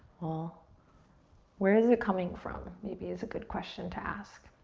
ah where is it coming from? maybe is a good question to ask.